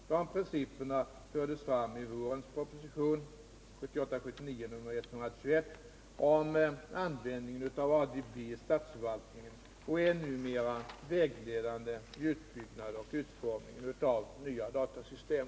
Dessa principer fördes fram i vårens proposition om användningen av ADB i statsförvaltningen och är numera vägledande vid utbyggnad och utformning av nya datasystem.